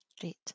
Great